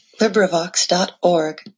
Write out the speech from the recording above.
LibriVox.org